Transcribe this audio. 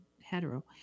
hetero